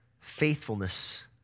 faithfulness